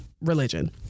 religion